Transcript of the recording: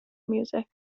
music